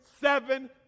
seven